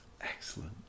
Excellent